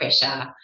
pressure